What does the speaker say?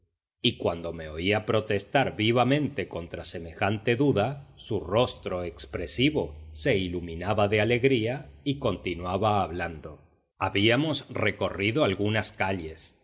y cuando me oía protestar vivamente contra semejante duda su rostro expresivo se iluminaba de alegría y continuaba hablando habíamos recorrido algunas calles